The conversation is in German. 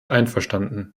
einverstanden